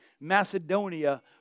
Macedonia